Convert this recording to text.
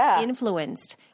influenced